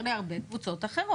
צריך לתת את זה בצורה יותר